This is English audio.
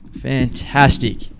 fantastic